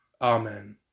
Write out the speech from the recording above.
Amen